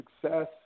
success